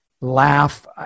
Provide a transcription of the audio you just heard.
laugh